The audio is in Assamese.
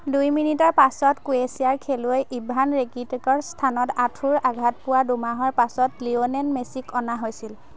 দুই মিনিটৰ পাছত ক্ৰোৱেছিয়াৰ খেলুৱৈ ইভান ৰেকিটিকৰ স্থানত আঁঠুৰ আঘাত পোৱাৰ দুমাহৰ পাছত লিঅ'নেল মেছিক অনা হৈছিল